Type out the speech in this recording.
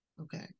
Okay